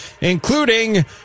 including